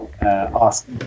ask